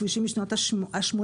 כבישים משנות ה-80',